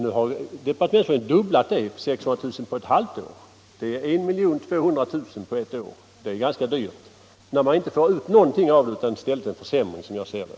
Nu har departementschefen fördubblat den summan till 600 000 kr. på ett halvt år, alltså 1 200 000 kr. på ett år. Det är ganska dyrt när man inte får ut någonting positivt utan i stället en försämring, som jag ser det.